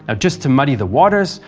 ah just to muddy the waters,